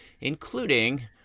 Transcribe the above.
including